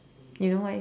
you know what I mean